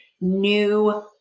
new